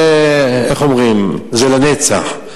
זה לנצח.